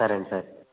సరే అండి సరే